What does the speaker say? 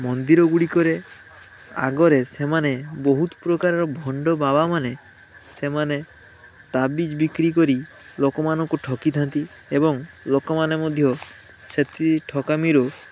ମନ୍ଦିରଗୁଡ଼ିକରେ ଆଗରେ ସେମାନେ ବହୁତ ପ୍ରକାରର ଭଣ୍ଡ ବାବାମାନେ ସେମାନେ ତାବିଜ୍ ବିକ୍ରି କରି ଲୋକମାନଙ୍କୁ ଠକିଥାନ୍ତି ଏବଂ ଲୋକମାନେ ମଧ୍ୟ ସେଠି ଠକାମିରୁ